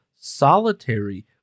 solitary